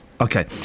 Okay